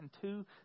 two